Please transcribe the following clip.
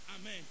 Amen